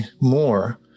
more